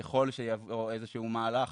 ככל שיחזור איזה שהוא מהלך,